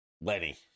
Lenny